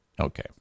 Okay